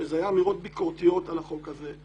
שזה היה אמירות ביקורתיות על החוק הזה,